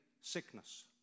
sickness